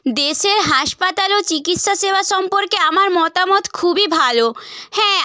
দেশে হাসপাতাল ও চিকিৎসা সেবা সম্পর্কে আমার মতামত খুবই ভালো হ্যাঁ